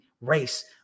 race